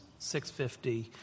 650